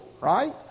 right